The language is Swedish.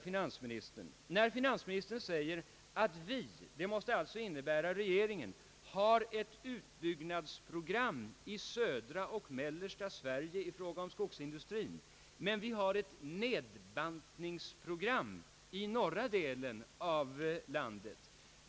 Finansministern säger att »vi» — det måste ju vara regeringen — har ett utbyggnadsprogram för skogsindustrin i södra och mellersta Sverige och ett nedbantningsprogram vad beträffar norra delen av landet.